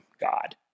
God